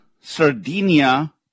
Sardinia